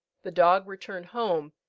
the dog returned home,